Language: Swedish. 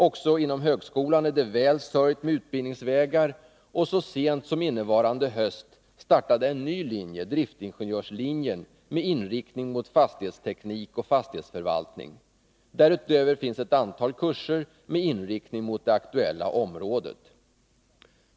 Också inom högskolan är det väl sörjt för olika utbildningsvägar, och så sent som innevarande höst startade en ny linje, driftingenjörslinjen, med inriktning på fastighetsteknik och fastighetsförvaltning. Därutöver finns ett antal kurser med inriktning på det aktuella området.